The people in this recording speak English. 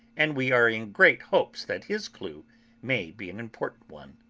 and we are in great hopes that his clue may be an important one.